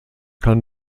kann